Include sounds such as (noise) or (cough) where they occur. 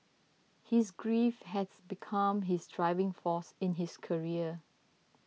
his grief has (unintelligible) become his driving force in his career